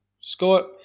Scott